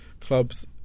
clubs